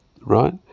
right